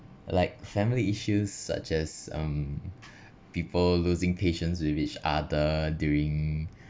like family issues such as um people losing patience with each other during